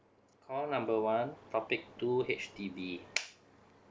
call number one topic two H_D_B